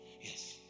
Yes